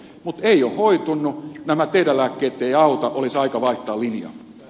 nämä teidän lääkkeenne eivät auta ja olisi aika vaihtaa linjaa